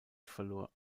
verlor